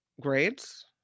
grades